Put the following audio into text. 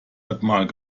hundertmal